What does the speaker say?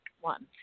one